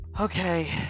Okay